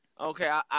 Okay